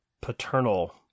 paternal